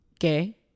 okay